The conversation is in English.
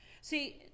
See